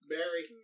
Barry